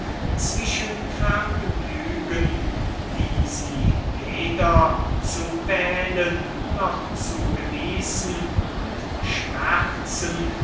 zwischen vergnügen die sie weder zu wählen noch zu genießen und schmerzen